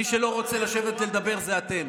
מי שלא רוצה לשבת ולדבר זה אתם.